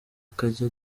akajya